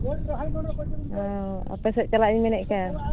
ᱦᱮᱸ ᱟᱯᱮ ᱥᱮᱫ ᱪᱟᱞᱟᱜ ᱤᱧ ᱢᱮᱱᱮᱫ ᱠᱟᱱ